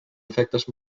efectes